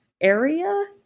area